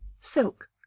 Silk